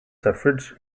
suffrage